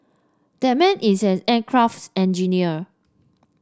that man is an aircraft's engineer